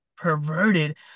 perverted